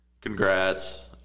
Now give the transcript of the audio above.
Congrats